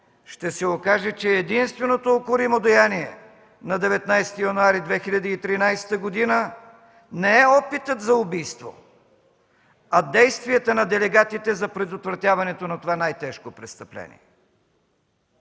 ще се окаже, че единственото укоримо деяние на 19 януари 2013 г. не е опитът за убийство, а действията на делегатите за предотвратяването на това най-тежко престъпление!